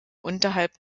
unterhalb